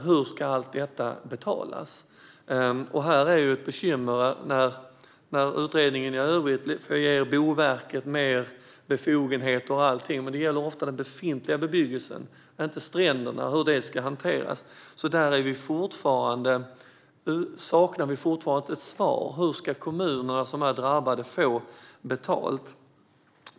Hur ska allt detta betalas? Det är ett bekymmer, när utredningen i övrigt ger Boverket mer befogenheter. Men det gäller ofta den befintliga bebyggelsen, inte stränderna och hur de ska hanteras. Vi saknar fortfarande svar på hur de drabbade kommunerna ska få betalt.